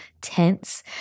tense